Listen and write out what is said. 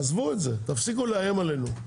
עזבו את זה, תפסיקו לאיים עלינו.